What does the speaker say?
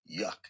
yuck